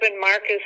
Marcus